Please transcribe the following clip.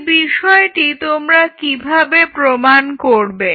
এই বিষয়টি তোমরা কিভাবে প্রমান করবে